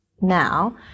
now